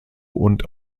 und